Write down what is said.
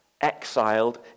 exiled